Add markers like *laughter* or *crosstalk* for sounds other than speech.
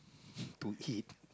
*laughs* to eat